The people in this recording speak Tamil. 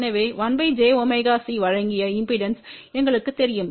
எனவே 1 jωC வழங்கிய இம்பெடன்ஸ்கள் எங்களுக்குத் தெரியும்